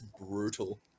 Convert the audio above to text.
brutal